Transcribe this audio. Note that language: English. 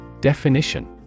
Definition